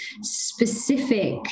specific